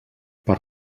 per